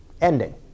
ending